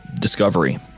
Discovery